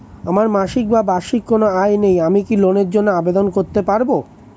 আমার মাসিক বা বার্ষিক কোন আয় নেই আমি কি লোনের জন্য আবেদন করতে পারব?